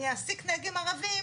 אני אעסיק נהגים ערבים